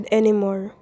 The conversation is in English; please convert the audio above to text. anymore